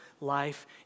life